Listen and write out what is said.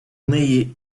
неї